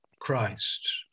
Christ